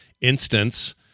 Instance